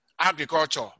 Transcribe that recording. agriculture